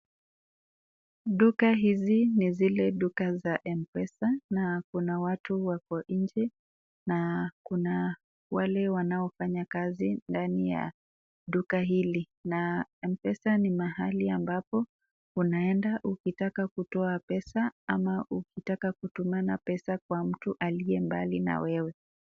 Duka hizi ni zile duka za mpesa na kuna watu wako nje na kuna wale wanaofanya kazi ndani ya duka hili na mpesa ni mahali ambapo unaenda ukitaka kutoa pesa ama ukitaka kutumana kwa mtu aliye mbali na wewe.